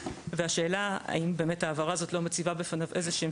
והשאלה האם ההעברה הזאת לא מציבה בפניו איזשהם